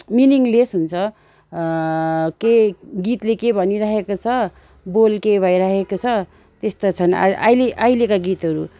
meaningless हुन्छ के गीतले के भनिराखेको छ बोल के भइराखेको छ तेस्तो छन् अहिले अहिलेका गीतहरू